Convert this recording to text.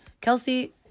Kelsey